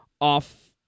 off